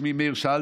שמי מאיר ברון,